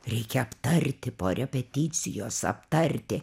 reikia aptarti po repeticijos aptarti